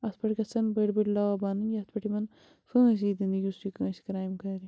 اَتھ پٮ۪ٹھ گژھیٚن بٔڑۍ بٔڑۍ لاء بَنٕنۍ یَتھ پٮ۪ٹھ یِمَن پھٲسۍ یی دِنہٕ یُس یہِ کٲنٛسہِ کرٛایم کَرِ